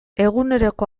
eguneroko